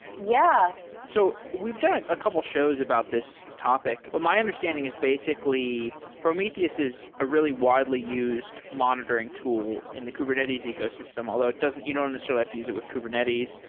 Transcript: yeah so we've done ah a couple shows about this topic, but my understanding is basically prometheus is a really widely used monitoring tool in the kubernetes ecosystem, although it doesn't you don't necessarily have to use with kubernetes.